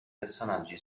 personaggi